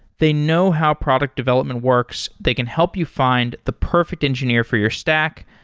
they know how product development works. they can help you find the perfect engineer for your stack,